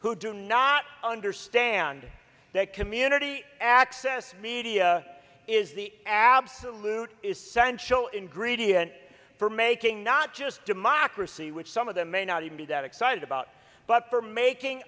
who do not understand that community access media is the absolute essential ingredient for making not just democracy which some of them may not even be that excited about but for making